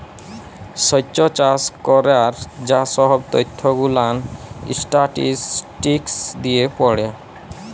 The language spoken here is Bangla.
স্যেচ চাষ ক্যরার যা সহব ত্যথ গুলান ইসট্যাটিসটিকস দিয়ে পড়ে